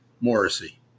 Morrissey